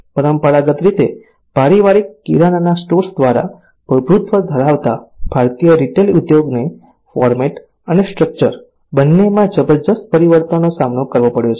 પરંપરાગત રીતે પારિવારિક કિરાના સ્ટોર્સ દ્વારા પ્રભુત્વ ધરાવતા ભારતીય રિટેલ ઉદ્યોગને ફોર્મેટ અને સ્ટ્રક્ચર બંનેમાં જબરદસ્ત પરિવર્તનનો સામનો કરવો પડ્યો છે